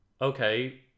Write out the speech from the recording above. okay